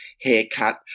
haircut